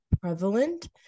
prevalent